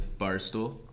Barstool